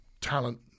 talent